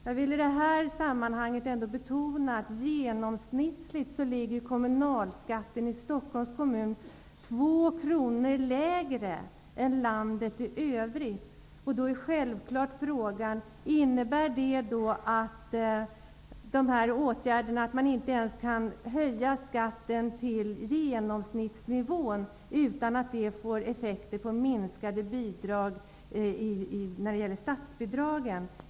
Jag vill i det här sammanhanget betona att genomsnittligt ligger kommunalskatten i Då är självklart frågan: Innebär förslaget att man i Stockholm inte ens kan höja skatten till den genomsnittliga nivån för landet i övrigt utan att det får effekt i form av minskade statsbidrag?